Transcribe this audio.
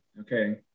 Okay